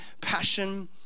passion